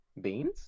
beans